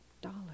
Dollar